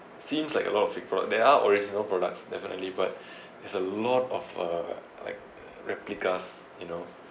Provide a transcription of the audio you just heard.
seems like a lot of fake produc~ there are original product definitely but there's a lot of uh like replicas you know